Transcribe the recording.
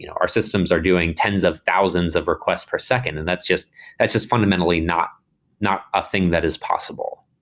you know our systems are doing tens of thousands of requests per second, and that's just that's just fundamentally not not a thing that is possible,